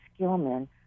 Skillman